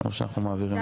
ד'.